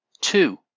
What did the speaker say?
Two